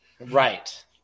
Right